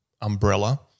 umbrella